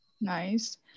nice